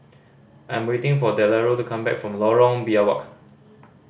I'm waiting for Delora to come back from Lorong Biawak